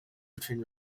between